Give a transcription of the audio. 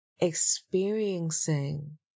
experiencing